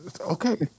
okay